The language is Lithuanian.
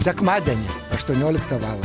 sekmadienį aštuonioliktą valandą